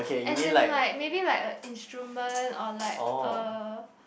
as in like maybe like an instrument or like a